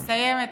אני מסיימת.